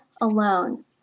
alone